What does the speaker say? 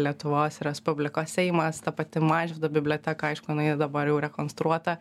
lietuvos respublikos seimas ta pati mažvydo biblioteka aišku jinai dabar jau rekonstruota